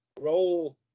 role